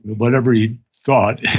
what ever he thought.